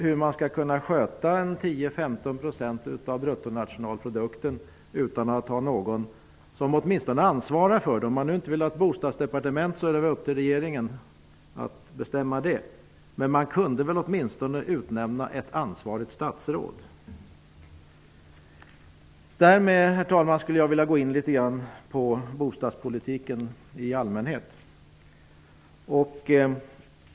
Hur man skall kunna sköta 10-- 15 % av bruttonationalprodukten utan att ha någon som åtminstone ansvarar för den är en gåta. Om man nu inte vill ha ett bostadsdepartement, så är det upp regeringen att bestämma. Men man kunde väl åtminstone utnämna ett ansvarigt statsråd. Herr talman! Jag går därmed in på bostadspolitiken i allmänhet.